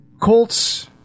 Colts